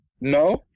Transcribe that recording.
No